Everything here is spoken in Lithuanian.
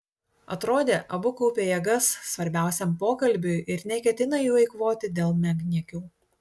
atrodė abu kaupia jėgas svarbiausiam pokalbiui ir neketina jų eikvoti dėl menkniekių